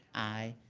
aye.